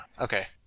Okay